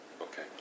Okay